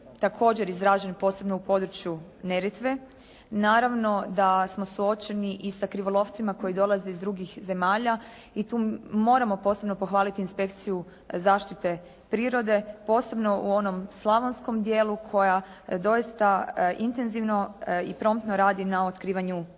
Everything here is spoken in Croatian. također izražen posebno u području Neretve, naravno da smo suočeni i sa krivolovcima koji dolaze iz drugih zemalja i tu moramo posebno pohvaliti inspekciju zaštitu prirode posebno u onom slavonskom dijelu koja doista intenzivno i promptno radi na otkrivanju